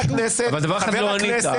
אבל על דבר אחד לא ענית.